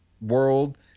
world